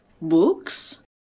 books